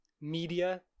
media